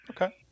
Okay